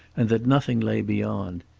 and that nothing lay beyond.